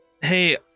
Hey